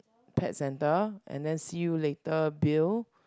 pets centre and then see you later Bill